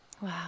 Wow